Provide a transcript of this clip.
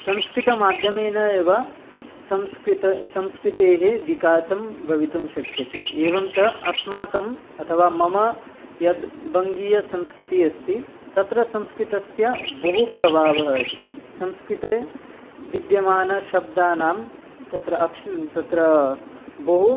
संस्कृतमाध्यमेन एव संस्कृतेः विकासं भवितुं शक्यते एवं च अस्माकं अथवा मम यद् बङ्गीयसंस्कृतिः अस्ति तत्र संस्कृतस्य बहु प्रभावः अस्ति संस्कृते विद्यमानानां शब्दानां तत्र बहु